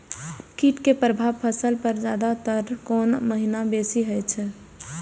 कीट के प्रभाव फसल पर ज्यादा तर कोन महीना बेसी होई छै?